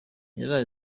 yaraye